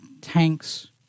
tanks